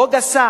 או גסה.